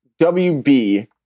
WB